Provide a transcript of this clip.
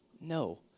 No